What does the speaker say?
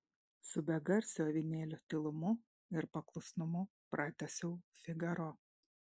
su begarsio avinėlio tylumu ir paklusnumu pratęsiau figaro